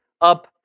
up